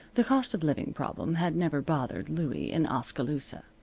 the cost of living problem had never bothered louie in oskaloosa.